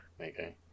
Okay